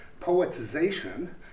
poetization